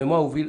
ומה הוביל,